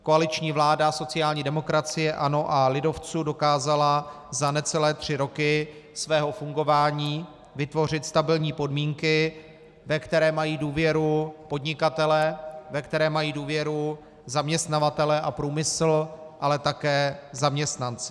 Koaliční vláda sociální demokracie, ANO a lidovců dokázala za necelé tři roky svého fungování vytvořit stabilní podmínky, ve které mají důvěru podnikatelé, ve které mají důvěru zaměstnavatelé a průmysl, ale také zaměstnanci.